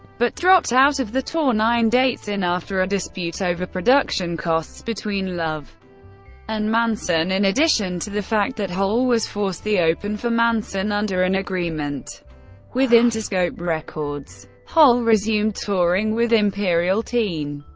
but dropped out of the tour nine dates in after a dispute over production costs between love and manson, in addition to the fact that hole was forced the open for manson under an agreement with interscope records. hole resumed touring with imperial teen.